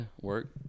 Work